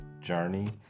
journey